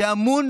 שאמון